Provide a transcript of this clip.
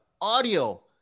audio